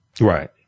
Right